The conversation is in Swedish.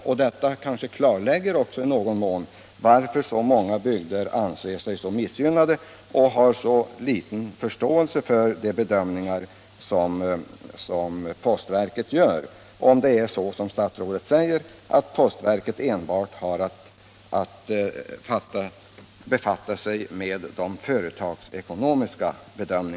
Om det är så som statsrådet säger att postverket enbart har att befatta sig med de företagsekonomiska bedömningarna, kanske detta förklarar varför så många bygder anser sig missgynnade och har så liten förståelse för de bedömningar som postverket gör.